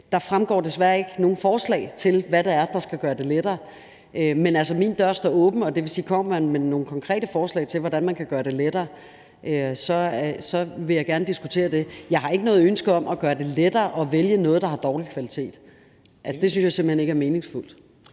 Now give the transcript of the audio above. Der fremgår desværre ikke nogen forslag til, hvad det er, der skal gøre det lettere. Men altså, min dør står åben, og det vil sige, at hvis man kommer med nogle konkrete forslag til, hvordan man kan gøre det lettere, vil jeg gerne diskutere dem. Men jeg har ikke noget ønske om at gøre det lettere at vælge noget, der er af dårlig kvalitet. Det synes jeg simpelt hen ikke meningsfuldt.